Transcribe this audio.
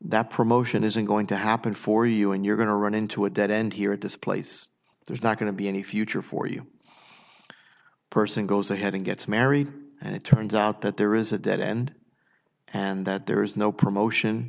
that promotion isn't going to happen for you and you're going to run into a dead end here at this place there's not going to be any future for you person goes ahead and gets married and it turns out that there is a dead end and that there is no promotion